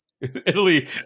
italy